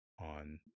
on